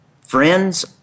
friends